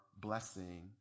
blessing